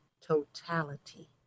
totality